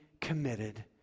committed